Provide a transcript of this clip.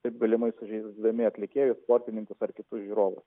taip galimai sužeisdami atlikėjus sportininkus ar kitus žiūrovus